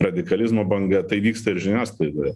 radikalizmo banga tai vyksta ir žiniasklaidoje